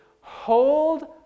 Hold